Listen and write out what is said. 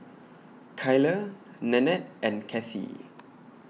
Kyler Nannette and Cathie